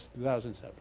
2007